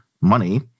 money